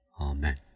Amen